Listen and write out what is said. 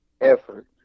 effort